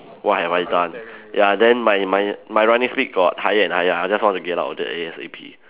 what have I done ya then my my my running speed got higher and higher I just wanted to get out of there A_S_A_P